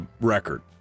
record